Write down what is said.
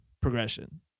progression